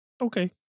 Okay